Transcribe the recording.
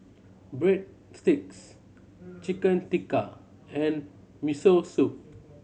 Breadsticks Chicken Tikka and Miso Soup